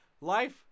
life